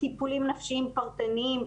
טיפולים נפשיים פרטניים,